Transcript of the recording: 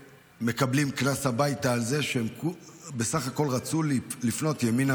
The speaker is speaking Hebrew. ומקבלים קנס הביתה על זה שהם בסך הכול רצו לפנות ימינה